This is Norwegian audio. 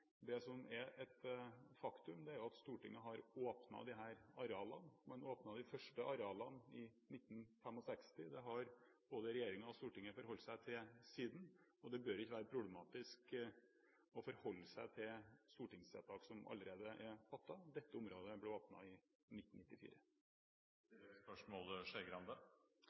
som er et faktum, er at Stortinget har åpnet disse arealene. Man åpnet de første arealene i 1965. Det har både regjeringen og Stortinget forholdt seg til siden, og det burde ikke være problematisk å forholde seg til stortingsvedtak som allerede er fattet. Dette området ble åpnet i